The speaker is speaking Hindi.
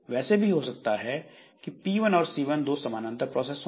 वैसे भी हो सकता है जैसे क़ि P1 और C1 दो समानांतर प्रोसेस हों